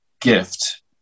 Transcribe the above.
gift